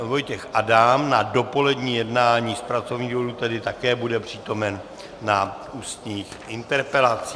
Vojtěch Adam na dopolední jednání z pracovních důvodů, tedy také bude přítomen na ústních interpelacích.